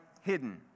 hidden